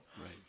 Right